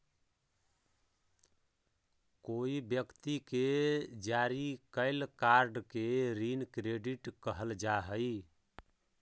कोई व्यक्ति के जारी कैल कार्ड के ऋण क्रेडिट कहल जा हई